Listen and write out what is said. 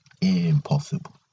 Impossible